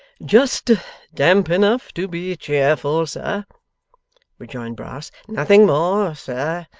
just damp enough to be cheerful, sir rejoined brass. nothing more, sir,